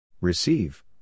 Receive